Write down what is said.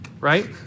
right